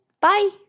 Bye